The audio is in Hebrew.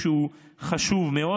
שהוא חשוב מאוד,